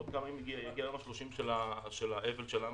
של האבל שלנו,